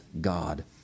God